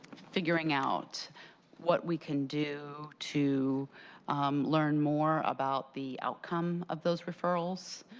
figuring out what we can do to learn more about the outcome of those referrals.